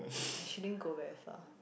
she didn't go very far